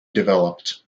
developed